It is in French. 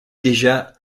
déjà